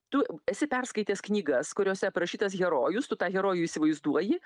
tu esi perskaitęs knygas kuriose aprašytas herojus tu tą herojų įsivaizduoji